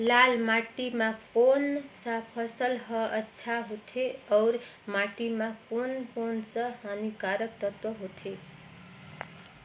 लाल माटी मां कोन सा फसल ह अच्छा होथे अउर माटी म कोन कोन स हानिकारक तत्व होथे?